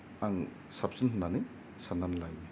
आं साबसिन होन्नानै सान्नानै लायो